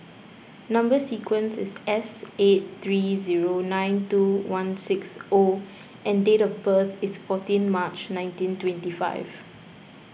Number Sequence is S eight three zero nine two one six O and date of birth is fourteen March nineteen twenty five